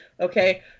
Okay